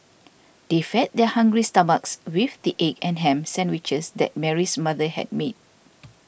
they fed their hungry stomachs with the egg and ham sandwiches that Mary's mother had made